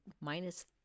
minus